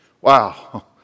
Wow